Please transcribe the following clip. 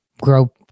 grow